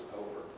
over